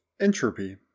entropy